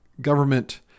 government